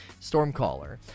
stormcaller